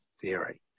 theory